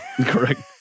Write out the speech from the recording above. correct